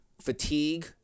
fatigue